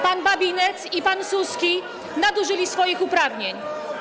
Pan Babinetz i pan Suski nadużyli swoich uprawnień.